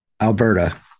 Alberta